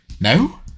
No